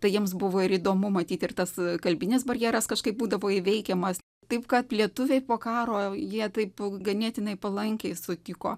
tai jiems buvo ir įdomu matyt ir tas kalbinis barjeras kažkaip būdavo įveikiamas taip kad lietuviai po karo jie taip ganėtinai palankiai sutiko